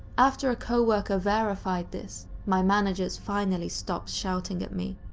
after a coworker verified this, my managers finally stopped shouting at me.